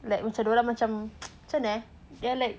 like dorang macam they're like